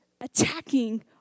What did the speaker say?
attacking